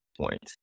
point